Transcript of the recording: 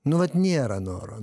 nu vat nėra noro